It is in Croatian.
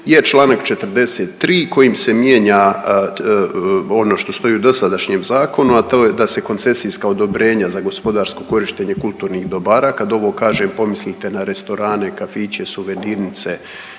je čl. 43. kojim se mijenja ono što stoji u dosadašnjem zakonu, a to je da se koncesijska odobrenja za gospodarsko korištenje kulturnih dobara, kad ovo kažem pomislite na restorane, kafiće, suvenirnice,